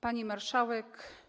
Pani Marszałek!